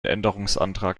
änderungsantrag